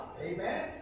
Amen